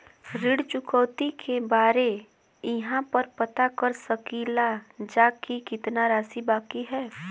ऋण चुकौती के बारे इहाँ पर पता कर सकीला जा कि कितना राशि बाकी हैं?